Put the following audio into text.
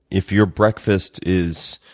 if your breakfast is